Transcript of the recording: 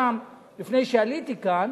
גם לפני שעליתי לכאן.